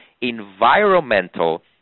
environmental